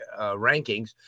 rankings